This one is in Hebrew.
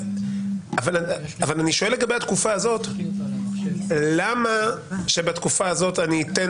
אני שואל לגבי התקופה הזאת למה שבתקופה הזאת אני אתן